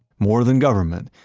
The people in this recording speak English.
more than government,